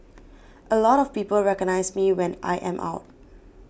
a lot of people recognise me when I am out